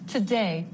Today